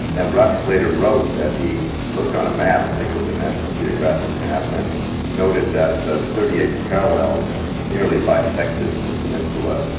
and rusk later wrote that he looked on a map, i think it was the national geographic map, and noted that yeah the thirty eighth parallel nearly bisected the peninsula,